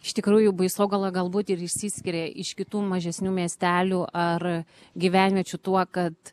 iš tikrųjų baisogala galbūt ir išsiskiria iš kitų mažesnių miestelių ar gyvenviečių tuo kad